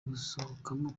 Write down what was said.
gusohokamo